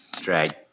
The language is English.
drag